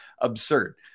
absurd